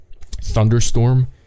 thunderstorm